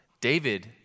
David